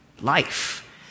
life